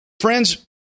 Friends